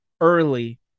early